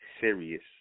serious